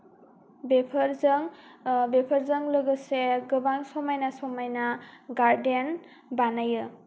बेफोरजों बेफोरजों लोगोसे गोबां समायना समायना गार्डेन बानायो